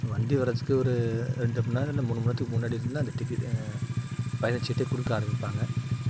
வண்டி வர்றதுக்கு ஒரு ரெண்டு மணிநேரம் இல்லை மூணு மணிநேரத்துக்கு முன்னாடி இருந்துதான் அந்த டிக்கெட் பயணச்சீட்டே கொடுக்க ஆரம்பிப்பாங்க